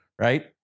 right